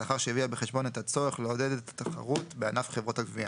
לאחר שהביאה בחשבון את הצורך לעודד את התחרות בענף חברות הגבייה.